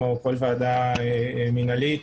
כמו כל ועדה מנהלית,